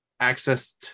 accessed